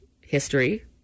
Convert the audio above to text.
history